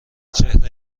چهره